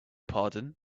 pardon